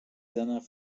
dernière